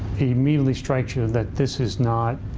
immediately strikes you that this is not